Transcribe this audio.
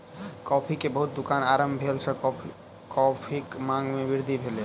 coffee के बहुत दुकान आरम्भ भेला सॅ कॉफ़ीक मांग में वृद्धि भेल